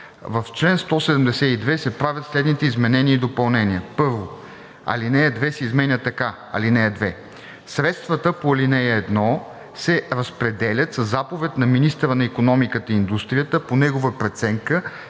В чл. 172 се правят следните изменения и допълнения: 1. Алинея 2 се изменя така: „(2) Средствата по ал. 1 се разпределят със заповед на министъра на икономиката и индустрията по негова преценка,